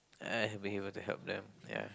ah he'll be able to help them ya